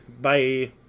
bye